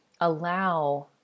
allow